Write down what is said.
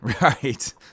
Right